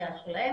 הקריאה שלהן,